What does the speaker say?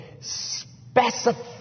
specific